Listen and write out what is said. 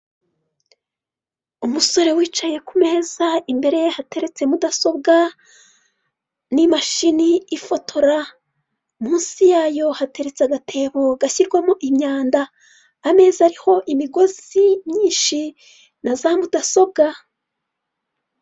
Wodi wayidi shopingi ni uburyo bwazanwe n'abantu bateye imbere, aho buri muturage ashobora kuba yatumiza igikoresho ahantu hagiye hatandukanye, mu duce dutandukanye tw'isi. Ushobora kuba watumiza igikoresho cyawe kikakwisangira mu rugo iwawe, wishyuye kuri interinete.